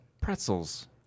Pretzels